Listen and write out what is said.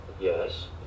Yes